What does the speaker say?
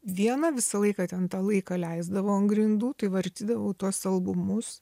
viena visą laiką ten tą laiką leisdavau ant grindų tai vartydavau tuos albumus